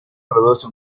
produce